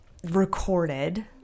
recorded